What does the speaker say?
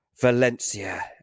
Valencia